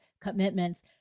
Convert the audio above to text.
commitments